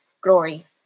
glory